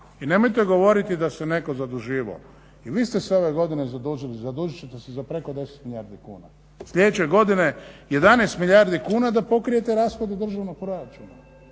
I nemojte govoriti da se netko zaduživao. I vi ste se ove godine zadužili. Zadužit ćete se za preko 10 milijardi kuna. Sljedeće godine 11 milijardi kuna da pokrijete rashode državnog proračuna.